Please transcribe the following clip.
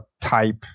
type